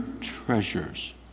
treasures